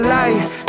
life